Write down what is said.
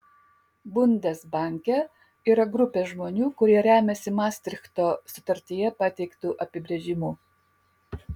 bundesbanke yra grupė žmonių kurie remiasi mastrichto sutartyje pateiktu apibrėžimu